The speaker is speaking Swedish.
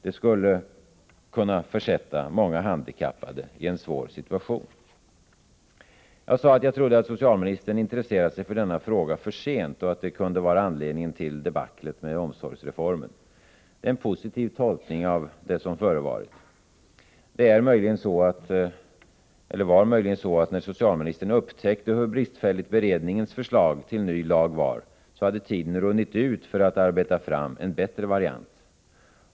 Det skulle kunna försätta många handikappade i en svår situation. Jag sade att jag trodde att socialministern intresserat sig för denna fråga för sent och att det kunde vara anledningen till debaclet med omsorgsreformen. Det är en positiv tolkning av det som förevarit. Det var möjligen så, att när socialministern upptäckte hur bristfälligt beredningens förslag till ny lag var, hade tiden runnit ut för att arbeta fram en bättre variant.